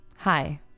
Hi